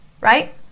right